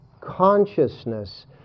consciousness